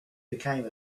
became